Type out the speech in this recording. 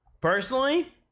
Personally